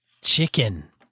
Chicken